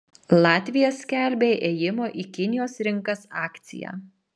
latvija skelbia ėjimo į kinijos rinkas akciją